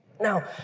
Now